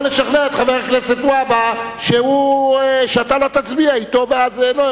או את חבר הכנסת והבה שאתה לא תצביע אתו.